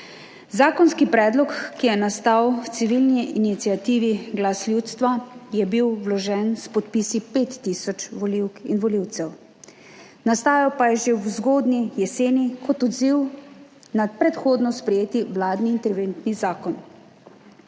Zakonski predlog, ki je nastal v civilni iniciativi Glas ljudstva, je bil vložen s podpisi pet tisoč volivk in volivcev, nastajal pa je že v zgodnji jeseni kot odziv na predhodno sprejeti vladni interventni zakon.